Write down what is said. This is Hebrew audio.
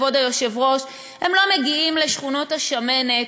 כבוד היושב-ראש: הם לא מגיעים לשכונות השמנת,